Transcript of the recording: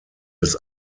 des